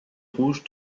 rouges